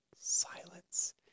silence